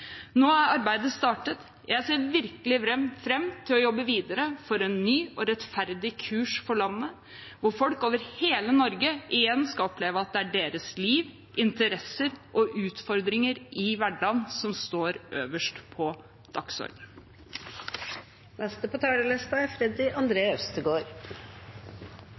Nå er arbeidet startet. Jeg ser virkelig fram til å jobbe videre for en ny og rettferdig kurs for landet, hvor folk over hele Norge igjen skal oppleve at det er deres liv, interesser og utfordringer i hverdagen som står øverst på